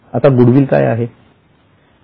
आता गुडविल काय आहे